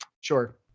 Sure